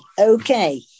Okay